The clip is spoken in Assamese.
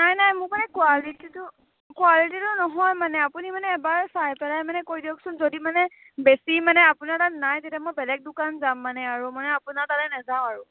নাই নাই মোক মানে কুৱালিটিটো কুৱালিটিটো নহয় মানে আপুনি মানে এবাৰ চাই পেলাই মানে কৈ দিয়কচোন যদি মানে বেছি মানে আপোনাৰ তাত নাই তেতিয়া মই বেলেগ দোকান যাম মানে আৰু মানে আপোনাৰ তালৈ নেযাওঁ আৰু